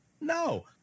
No